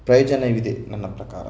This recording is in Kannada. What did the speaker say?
ಪ್ರಯೋಜನವಿದೆ ನನ್ನ ಪ್ರಕಾರ